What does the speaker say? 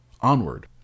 Onward